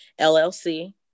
LLC